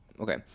Okay